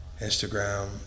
Instagram